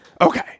Okay